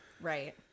Right